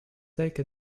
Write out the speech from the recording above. take